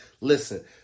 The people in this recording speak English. Listen